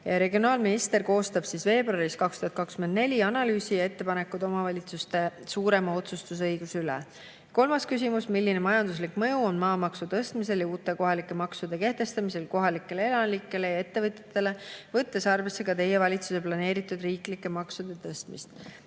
Regionaalminister koostab veebruaris 2024 analüüsi ja ettepanekud omavalitsuste suurema otsustusõiguse üle. Kolmas küsimus: "Milline majanduslik mõju on maamaksu tõstmisel ja uute kohalike maksude kehtestamisel kohalikele elanikele ja ettevõtjatele, võttes arvesse ka Teie valitsuse plaanitud riiklike maksude tõstmist?"